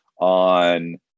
On